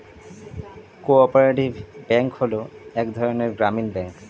co operative bank হলো এক ধরনের গ্রামীণ ব্যাঙ্ক